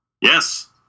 Yes